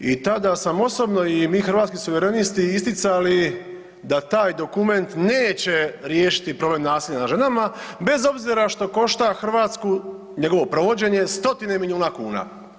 I tada sam osobno i mi Hrvatski suverenisti isticali da taj dokument neće riješiti problem nasilja nad ženama bez obzira što košta Hrvatsku, njegovo provođenje stotine milijuna kuna.